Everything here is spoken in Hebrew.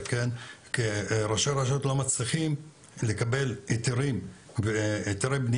שראשי הרשויות לא מצליחים לקבל היתרי בנייה.